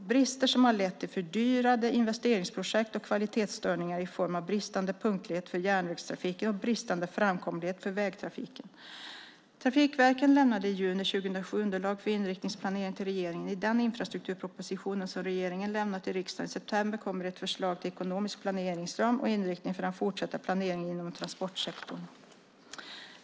Det är brister som har lett till fördyrade investeringsprojekt och kvalitetsstörningar i form av bristande punktlighet för järnvägstrafiken och bristande framkomlighet för vägtrafiken. Trafikverken lämnade i juni 2007 underlag för inriktningsplanering till regeringen. I den infrastrukturproposition som regeringen lämnar till riksdagen i september kommer ett förslag till ekonomisk planeringsram och inriktning för den fortsatta planeringen inom transportsektorn.